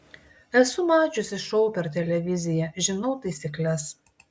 esu mačiusi šou per televiziją žinau taisykles